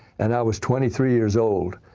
and i was twenty three years old.